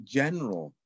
general